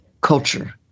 culture